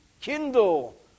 kindle